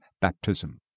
baptism